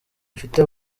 ifite